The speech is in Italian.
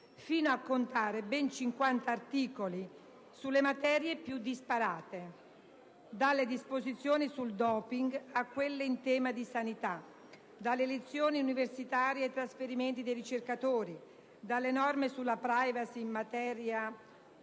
fino a contare ben 50 articoli sulle materie più disparate, dalle disposizioni sul *doping* a quelle in tema di sanità, dalle elezioni universitarie ai trasferimenti dei ricercatori, dalle norme sulla *privacy* in materia di